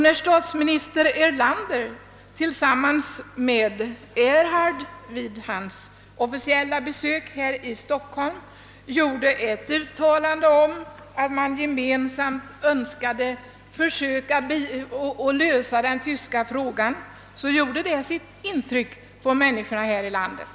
När statsminister Erlander tillsammans med dåvarande förbundskansler Erhard vid dennes officiella besök här i Stockholm gjorde ett uttalande om att man gemensamt önskade lösa den tyska frågan, så gjorde detta sitt intryck på människorna här i landet.